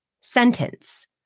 sentence